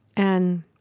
and